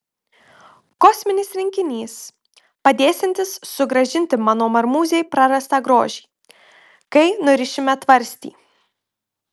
kosminis rinkinys padėsiantis sugrąžinti mano marmūzei prarastą grožį kai nurišime tvarstį